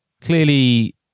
clearly